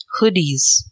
hoodies